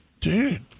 Dude